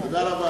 תודה רבה.